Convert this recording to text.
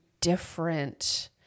different